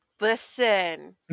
listen